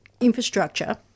infrastructure